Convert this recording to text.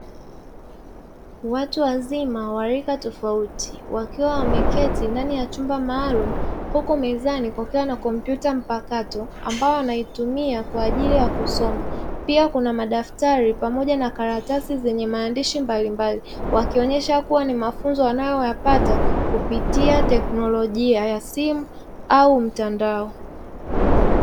Watu wazima warika tofauti wakiwa wameketi ndani ya chumba maalum huku mezani kukiwa na kompyuta mpakato ambayo wanaitumia kwa ajili ya kusoma. Pia kuna madaftari pamoja na karatasi zenye maandishi mbalimbali wakionesha kuwa ni mafunzo wanayoyapata kupitia teknolojia ya simu au mtandao.